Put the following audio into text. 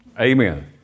Amen